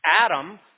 Adam